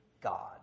God